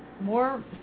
more